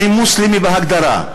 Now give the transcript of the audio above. אני מוסלמי בהגדרה,